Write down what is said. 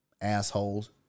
assholes